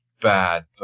bad